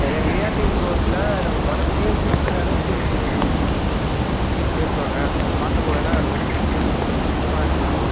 நிறையா ரியாலிட்டி ஷோஸ்லாம் நம்ம மனதையே உருக்குகிற அளவுக்கு இது பேசுவாங்க அதை பார்க்கும் போதுலாம் ரொம்ப கொஞ்சம் கஷ்டமாக இருக்கும்